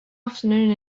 afternoon